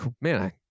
man